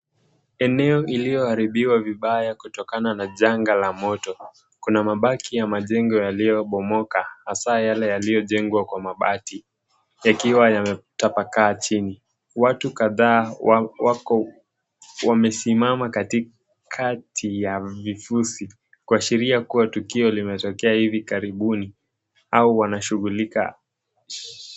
Eneo iliyoharibiwa vibaya kutokana na janga la moto. Kuna mabaki ya majengo yaliyobomoka hasaa yale yaliyojengwa kwa mabati yakiwa yametapakaa chini. Watu kadhaa wako wamesimama katikati ya vifusi kwa sheria kuwa tukio limetokea hivi karibuni au wanashughulika.